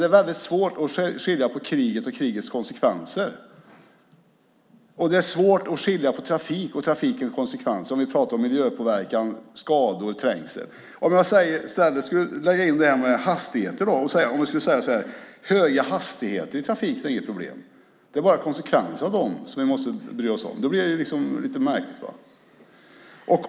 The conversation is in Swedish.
Det är svårt att skilja på kriget och krigets konsekvenser. Det är svårt att skilja på trafik och trafikens konsekvenser om vi pratar om miljöpåverkan, skador och trängsel. Låt oss lägga in hastigheter; höga hastigheter i trafiken är inget problem utan det är bara konsekvenserna av dem som vi måste bry oss om. Då blir det lite märkligt.